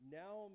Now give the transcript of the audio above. now